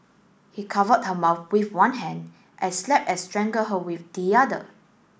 he covered her mouth with one hand and slapped and strangled her with the other